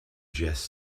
just